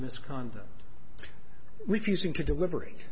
misconduct refusing to deliber